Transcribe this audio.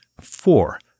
four